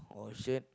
or shirt